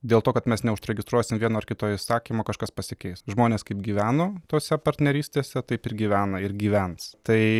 dėl to kad mes neužregistruosim vieno ar kito įsakymo kažkas pasikeis žmonės kaip gyveno tose partnerystėse taip ir gyvena ir gyvens tai